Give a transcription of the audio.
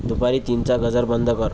दुपारी तीनचा गजर बंद कर